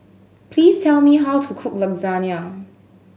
please tell me how to cook Lasagna